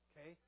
Okay